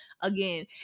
again